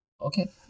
Okay